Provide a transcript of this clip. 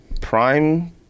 Prime